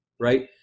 right